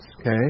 okay